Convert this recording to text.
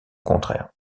contraire